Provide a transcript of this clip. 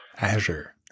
Azure